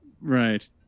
right